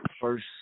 first